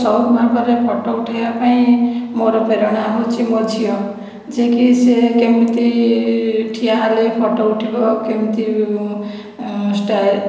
ସଉକ ଭାବରେ ଫଟୋ ଉଠାଇବା ପାଇଁ ମୋର ପ୍ରେରଣା ହେଉଛି ମୋ' ଝିଅ ଯିଏକି ସିଏ କେମିତି ଠିଆ ହେଲେ ଫଟୋ ଉଠିବ କେମିତି ଷ୍ଟାଇଲ